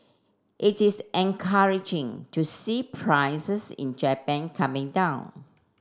it is encouraging to see prices in Japan coming down